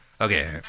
Okay